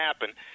happen